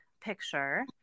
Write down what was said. picture